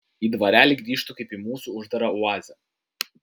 į dvarelį grįžtu kaip į mūsų uždarą oazę